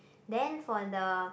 then for the